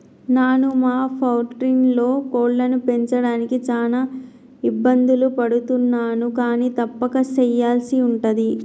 నాను మా పౌల్ట్రీలో కోళ్లను పెంచడానికి చాన ఇబ్బందులు పడుతున్నాను కానీ తప్పక సెయ్యల్సి ఉంటది